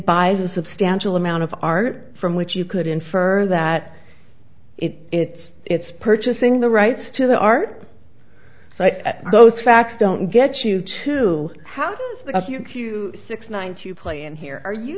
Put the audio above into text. buys a substantial amount of art from which you could infer that it's it's purchasing the rights to the art so if those facts don't get you to have a few q six nine to play in here are you